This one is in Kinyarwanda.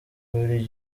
buri